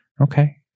Okay